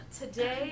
today